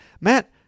Matt